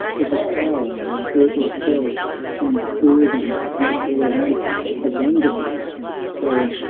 was a flower ere it fell and burdened the air with a wonderful spell!